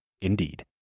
Indeed